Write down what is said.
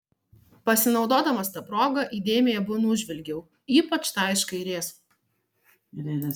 pasinaudodamas ta proga įdėmiai abu nužvelgiau ypač tą iš kairės